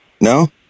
No